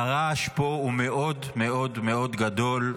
הרעש פה הוא מאוד מאוד מאוד גדול.